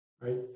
right